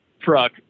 truck